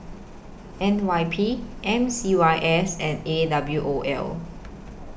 N Y P M C Y S and A W O L